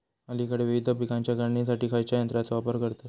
अलीकडे विविध पीकांच्या काढणीसाठी खयाच्या यंत्राचो वापर करतत?